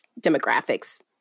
demographics